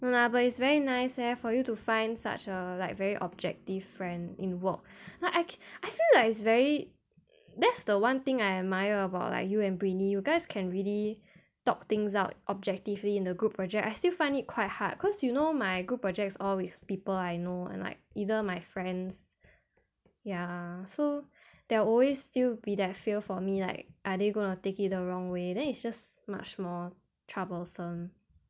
no lah but it's very nice eh for you to find such a like very objective friend in work like I I feel like it's very that's the one thing I admire about like you and britney you guys can really talk things out objectively in the group project I still find it quite hard cause you know my group projects all with people I know and like either my friends ya so there's always still be that fear for me like are they gonna take it the wrong way then it's just much more troublesome